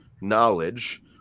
knowledge